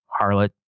Harlot